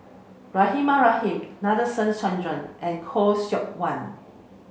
Rahimah Rahim Nadasen Chandra and Khoo Seok Wan